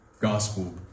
gospel